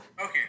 Okay